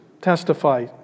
testify